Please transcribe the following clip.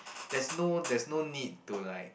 there's no there's no need to like